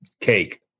cake